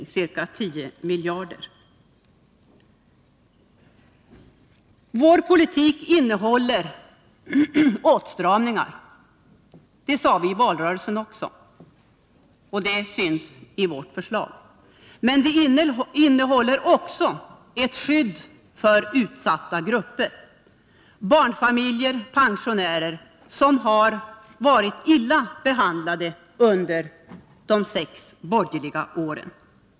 Vår politik innehåller åtstramningar — det sade vi i valrörelsen och det syns i vårt förslag. Men vår politik innehåller också ett skydd för utsatta grupper, barnfamiljer och pensionärer, som har varit illa behandlade under de sex borgerliga åren.